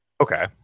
Okay